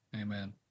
Amen